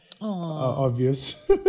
obvious